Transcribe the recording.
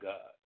God